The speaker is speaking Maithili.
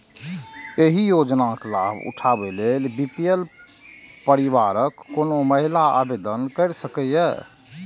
एहि योजनाक लाभ उठाबै लेल बी.पी.एल परिवारक कोनो महिला आवेदन कैर सकैए